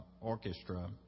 orchestra